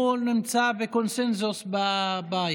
הוא נמצא בקונסנזוס בבית.